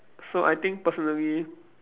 so I think personally